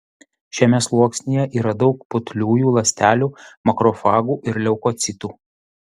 šiame sluoksnyje yra daug putliųjų ląstelių makrofagų ir leukocitų